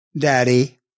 Daddy